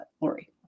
Lori